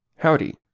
Howdy